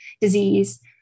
disease